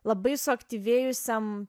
labai suaktyvėjusiam